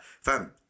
fam